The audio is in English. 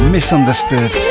Misunderstood